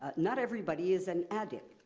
but not everybody is an addict.